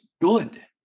good